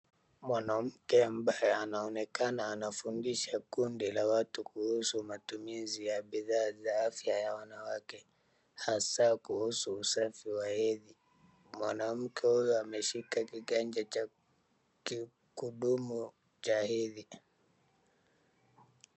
Mwanamke ambaye anaonekana anafundisha kundi la watu kuhusu matumizi ya bidhaa za afya ya wanawake, hasa kuhusu usafi wa hedhi. Mwanamke huyo ameshika kiganja cha kidumu cha hedhi.